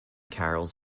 carols